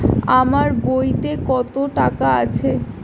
আমার বইতে কত টাকা আছে?